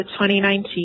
2019